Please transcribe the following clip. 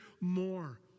more